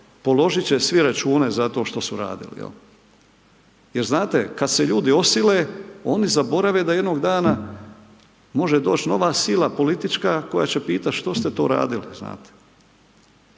položit će svi račune za to što su radili, jel'. Jer znate kad se ljudi osile, oni zaborave da jednog dana može doći nova sila politička koja će pitati što ste to radili,